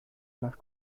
nach